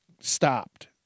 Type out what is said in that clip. stopped